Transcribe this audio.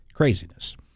Craziness